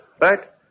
Right